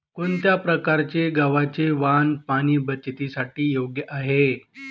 कोणत्या प्रकारचे गव्हाचे वाण पाणी बचतीसाठी योग्य आहे?